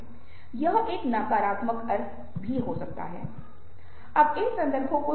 इसलिए यदि आप भावनाओं का विश्लेषण करना शुरू करते हैं तो आप इस भावनाओं के कारणों की पहचान करने में सक्षम हैं